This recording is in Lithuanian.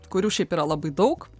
kurių šiaip yra labai daug